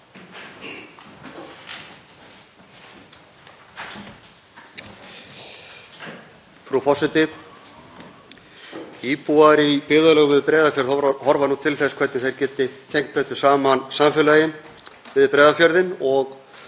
Frú forseti. Íbúar í byggðarlögum við Breiðafjörð horfa nú til þess hvernig þeir geta tengt betur saman samfélögin við Breiðafjörðinn,